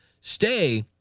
stay